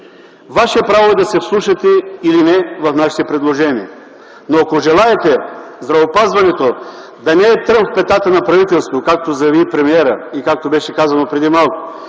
Ваше право е да се вслушате или не в нашите предложения. Но ако желаете здравеопазването да не е трън в петата на правителството, както заяви премиерът и както беше казано преди малко,